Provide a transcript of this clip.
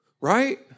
Right